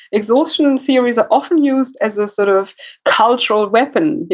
exhaustion theories are often used as a sort of cultural weapon. you